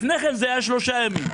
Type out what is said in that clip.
לפני כן זה היה שלושה ימים.